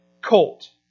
colt